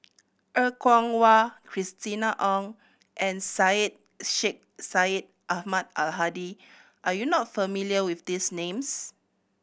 Er Kwong Wah Christina Ong and Syed Sheikh Syed Ahmad Al Hadi are you not familiar with these names